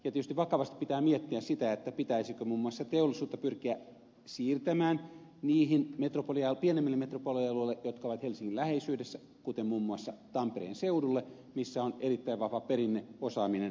tietysti vakavasti pitää miettiä sitä pitäisikö muun muassa teollisuutta pyrkiä siirtämään niille pienemmille metropolialueille jotka ovat helsingin läheisyydessä kuten muun muassa tampereen seudulle missä on erittäin vahva perinneosaaminen